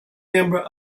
member